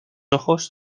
ojos